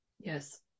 Yes